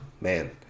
man